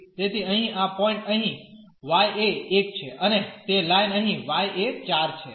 તેથી અહીં આ પોઇન્ટ અહીં y એ 1 છે અને તે લાઇન અહીં y એ 4 છે